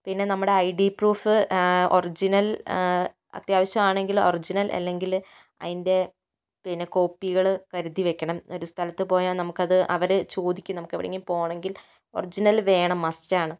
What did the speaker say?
പിന്നെ നമ്മുടെ I D proof original അത്യാവശ്യമാണെങ്കിൽ ഒറിജിനൽ അല്ലെങ്കില് അതിൻ്റെ പിന്നെ കോപ്പികൾ കരുതി വെക്കണം ഒരു സ്ഥലത്ത് പോയാൽ നമുക്കത് അവർ ചോദിക്കും നമുക്ക് എവിടെയെങ്കിലും പോകണമെങ്കിൽ ഒറിജിനൽ വേണം മാസ്റ്റാണ്